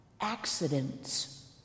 accidents